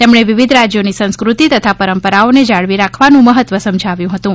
તેમણે વિવિધ રાજ્યોની સંસ્કૃતિ તથા પરંપરાઓને જાળવી રાખવાનું મહત્વ સમજાવ્યું હતું